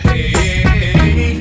Hey